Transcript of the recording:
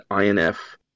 INF